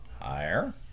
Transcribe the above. Higher